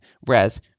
Whereas